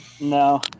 No